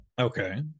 okay